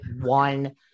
one